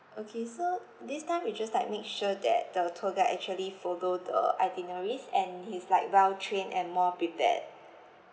okay so this time we just like make sure that the tour guide actually follow the itineraries and he's like well trained and more prepared